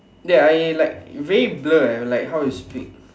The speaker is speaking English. ya I like very blur eh like how you speak